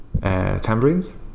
tambourines